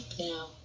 now